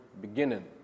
beginning